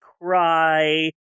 cry